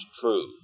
true